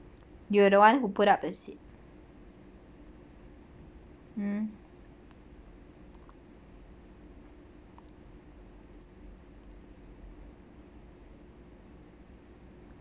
you are the one who put up the seat mm